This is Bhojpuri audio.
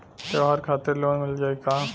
त्योहार खातिर लोन मिल जाई का?